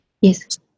Yes